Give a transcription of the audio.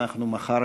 אנחנו מחר